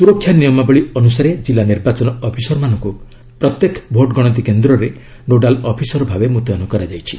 ସୁରକ୍ଷା ନିୟମାବଳୀ ଅନୁସାରେ ଜିଲ୍ଲା ନିର୍ବାଚନ ଅଫିସରମାନଙ୍କୁ ପ୍ରତ୍ୟେକ ଭୋଟ ଗଣତି କେନ୍ଦ୍ରରେ ନୋଡାଲ ଅଫିସର ଭାବେ ମୁତୟନ କରାଯାଇଛି